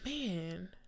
Man